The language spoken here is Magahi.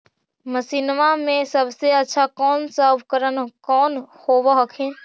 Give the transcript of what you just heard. मसिनमा मे सबसे अच्छा कौन सा उपकरण कौन होब हखिन?